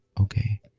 okay